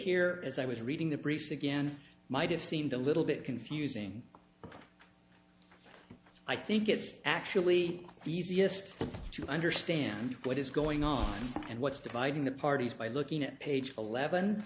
here as i was reading the briefs again might have seemed a little bit confusing but i think it's actually the easiest to understand what is going on and what's dividing the parties by looking at page eleven